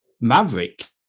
Maverick